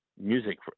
Music